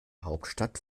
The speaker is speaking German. hauptstadt